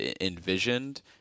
envisioned